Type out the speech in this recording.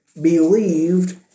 believed